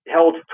held